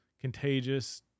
contagious